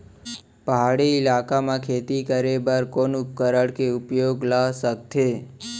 पहाड़ी इलाका म खेती करें बर कोन उपकरण के उपयोग ल सकथे?